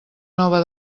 nova